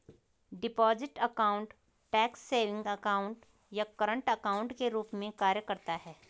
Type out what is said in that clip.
deposit account tax savings account या current account के रूप में कार्य करता है